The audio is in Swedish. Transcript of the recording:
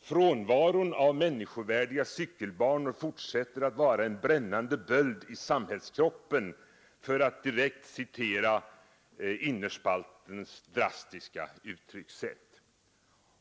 ”Frånvaron av människovärdiga cykelbanor fortsätter att vara en brännande böld i samhällskroppen” — för att direkt citera Innerspaltens drastiska uttryckssätt.